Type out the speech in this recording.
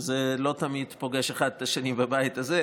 זה לא תמיד פוגש אחד את השני בבית הזה.